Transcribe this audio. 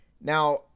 Now